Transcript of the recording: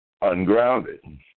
ungrounded